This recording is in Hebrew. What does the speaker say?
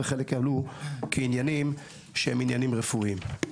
וחלק העלו כעניינים שהם עניינים רפואיים.